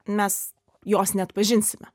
mes jos neatpažinsime